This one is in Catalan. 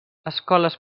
escoles